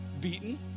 beaten